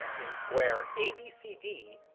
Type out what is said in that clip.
in square abcd,